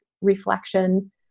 reflection